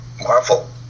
Marvel